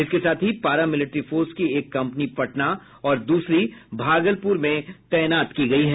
इसके साथ ही पारा मिलिट्री फोर्स की एक कम्पनी पटना और दूसरी भागलपुर में तैनात की गयी है